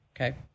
okay